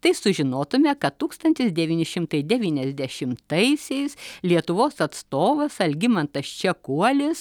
tai sužinotume kad tūkstantis devyni šimtai devyniasdešimtaisiais lietuvos atstovas algimantas čekuolis